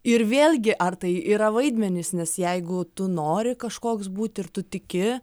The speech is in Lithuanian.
ir vėlgi ar tai yra vaidmenys nes jeigu tu nori kažkoks būt ir tu tiki